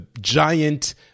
giant